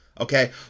Okay